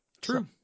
True